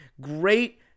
Great